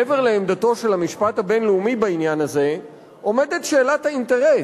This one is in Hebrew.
מעבר לעמדתו של המשפט הבין-לאומי בעניין הזה עומדת שאלת האינטרס,